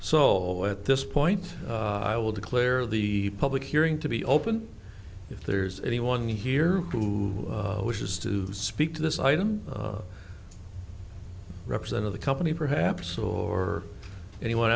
so at this point i will declare the public hearing to be open if there's anyone here who wishes to speak to this item represent of the company perhaps or anyone